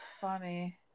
Funny